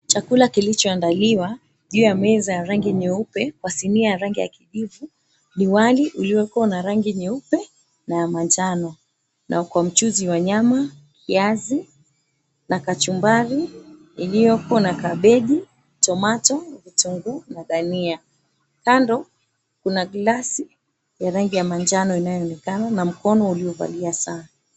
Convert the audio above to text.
Chakula kilichoandaliwa juu ya meza ya rangi nyeupe kwa sinia ya rangi ya kidifu ni wali uliokuwa na rangi nyeupe na ya manjano na kwa mchuzi wa nyama, viazi na kachumbari iliyokuwa na kabeji, tomato, vitunguu na dania. Kando kuna glasi ya rangi ya manjano inayoonekana na mkono uliovalia saa.